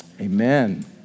Amen